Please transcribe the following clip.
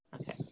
Okay